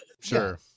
Sure